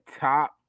top